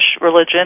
religion